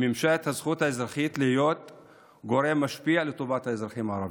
היא מימשה את הזכות האזרחית להיות גורם משפיע לטובת האזרחים הערבים.